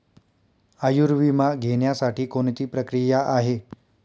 आयुर्विमा घेण्यासाठी कोणती प्रक्रिया आहे?